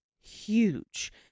huge